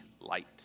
light